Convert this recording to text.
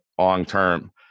long-term